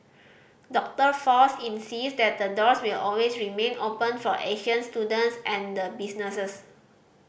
Doctor Fox insist that the doors will always remain open for Asian students and businesses